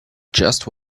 just